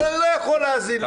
אבל אני לא יכול להאזין לך.